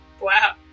Wow